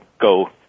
go